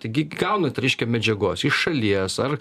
taigi gaunat reiškia medžiagos iš šalies ar